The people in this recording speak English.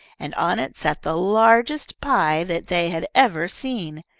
and on it sat the largest pie that they had ever seen.